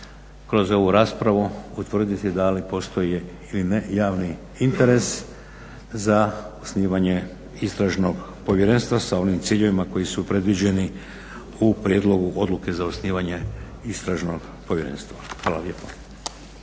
kroz ovu raspravu utvrditi da li postoje ili ne javni interes za osnivanje istražnog povjerenstva sa onim ciljevima koji su predviđeni u Prijedlogu odluke za osnivanje istražnog povjerenstva. Hvala lijepa.